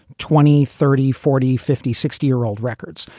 twenty, thirty, forty, fifty, sixty year old records.